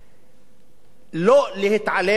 לא להתעלם מהנתונים האלה.